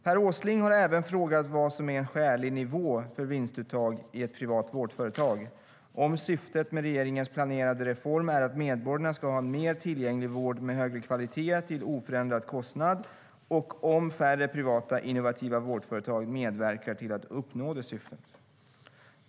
Per Åsling har även frågat vad som är en skälig nivå för vinstuttag i ett privat vårdföretag, om syftet med regeringens planerade reform är att medborgarna ska ha en mer tillgänglig vård med högre kvalitet till oförändrad kostnad och om färre privata innovativa vårdföretag medverkar till att uppnå det syftet.